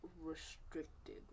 restricted